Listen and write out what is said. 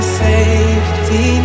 safety